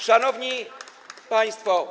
Szanowni Państwo!